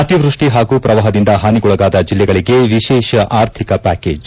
ಅತಿವೃಷ್ಠಿ ಹಾಗೂ ಪ್ರವಾಹದಿಂದ ಹಾನಿಗೊಳಗಾದ ಜಿಲ್ಲೆಗಳಿಗೆ ವಿಶೇಷ ಆರ್ಥಿಕ ಪ್ಯಾಕೇಜ್